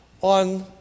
on